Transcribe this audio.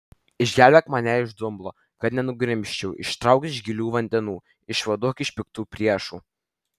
išgelbėk mane iš dumblo kad nenugrimzčiau ištrauk iš gilių vandenų išvaduok iš piktų priešų